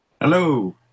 Hello